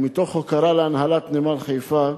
ומתוך הוקרה להנהלת נמל חיפה,